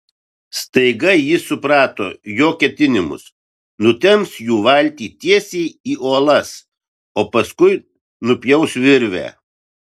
staiga ji suprato jo ketinimus nutemps jų valtį tiesiai į uolas o paskui nupjaus virvę